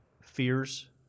fears